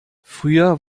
früher